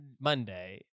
Monday